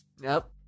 Nope